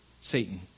Satan